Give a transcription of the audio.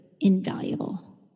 invaluable